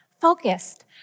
focused